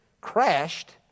crashed